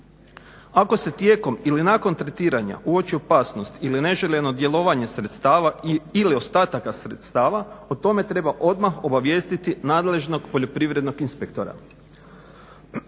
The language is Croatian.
Ako se tijekom ili nakon tretiranja uoči opasnost ili neželjeno djelovanje sredstava i/ili ostataka sredstava o tome treba odmah obavijestiti nadležnog poljoprivrednog inspektora.